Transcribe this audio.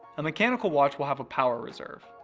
a mechanical watch will have a power reserve.